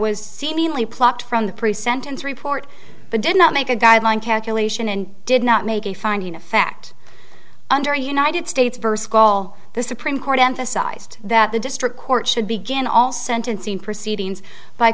was seemingly plucked from the pre sentence report but did not make a guideline calculation and did not make a finding of fact under united states first call the supreme court emphasized that the district court should begin all sentencing proceedings by